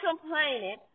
complaining